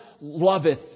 loveth